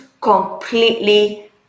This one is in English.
completely